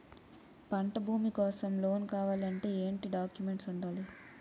పంట భూమి కోసం లోన్ కావాలి అంటే ఏంటి డాక్యుమెంట్స్ ఉండాలి?